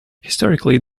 historically